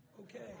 Okay